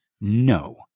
no